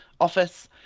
office